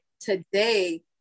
today